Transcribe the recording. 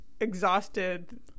exhausted